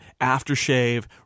aftershave